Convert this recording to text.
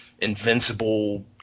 invincible